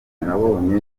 nabonye